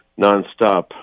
nonstop